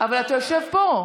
אבל אתה יושב פה.